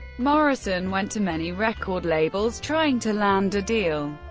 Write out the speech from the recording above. morrison went to many record labels trying to land a deal.